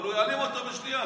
אבל הוא יעלים אותו בשנייה,